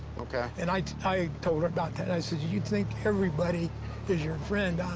okay. and i i told her about that. i said, you think everybody is your friend,